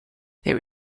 there